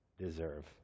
deserve